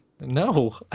No